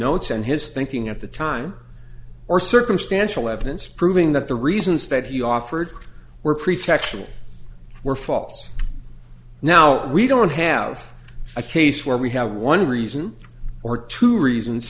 notes and his thinking at the time or circumstantial evidence proving that the reasons that he offered were pretextual were faults now we don't have a case where we have one reason or two reasons